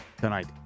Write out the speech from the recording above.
tonight